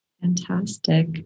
Fantastic